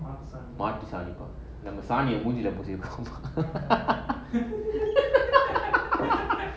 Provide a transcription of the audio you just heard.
நம்ம சாணிய மூஞ்சில பூசிப்போம்:namma saaniya moonchila poosipom